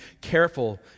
careful